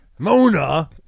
Mona